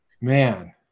man